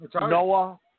Noah